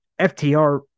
FTR